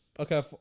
Okay